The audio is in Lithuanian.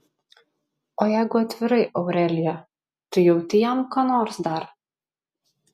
o jeigu atvirai aurelija tu jauti jam ką nors dar